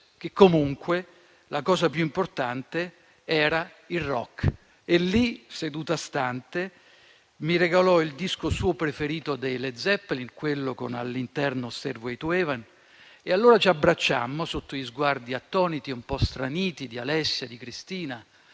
che comunque la cosa più importante era il rock. E lì, seduta stante, mi regalò il suo disco preferito dei Led Zeppelin, quello con all'interno la canzone «Stairway to heaven». E allora ci abbracciammo, sotto gli sguardi attoniti e un po' straniti di Alessia, di Cristina,